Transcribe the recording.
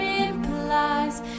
implies